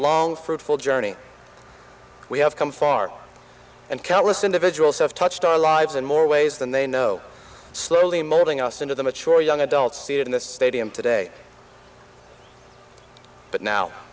long fruitful journey we have come far and countless individuals have touched our lives in more ways than they know slowly molding us into the mature young adults seated in this stadium today but now